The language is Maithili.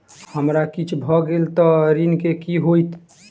हमरा किछ भऽ गेल तऽ ऋण केँ की होइत?